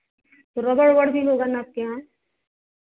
रबड़ वाबड़ भी होगा ना आपके यहाँ